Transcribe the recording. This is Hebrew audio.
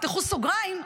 פתחו סוגריים,